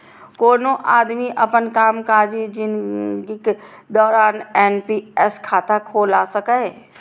कोनो आदमी अपन कामकाजी जिनगीक दौरान एन.पी.एस खाता खोला सकैए